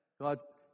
God's